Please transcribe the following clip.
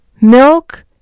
Milk